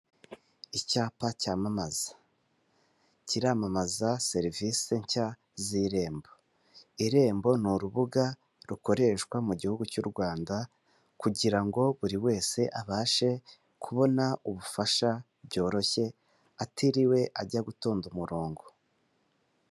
Icyapa cyamamaza kiraramamaza serivise nshya z'irembo. Irembo ni urubuga rukoreshwa mu gihugu cy'u Rwanda kugira ngo buri wese abashe kubona ubufasha byoroshye atiriwe ajya gutonda umuronko.